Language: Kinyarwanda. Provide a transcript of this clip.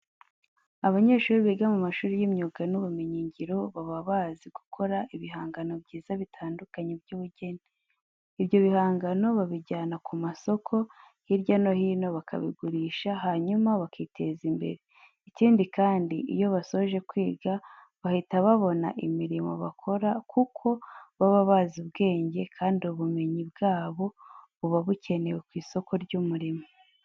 Abanyeshuri biga mu mashuri y'imyuga n'ubumenyingiro baba bazi gukora ibihangano byiza bitandukanye by'ubugeni. Ibyo bihangano babijyana ku masoko hirya no hino bakabigurisha hanyuma bakiteza imbere. Ikindi kandi, iyo basoje kwiga bahita babona imirimo bakora kuko baba bazi ubwenge kandi ubumenyi bwabo buba bukenewe ku isoko ry'umurimo.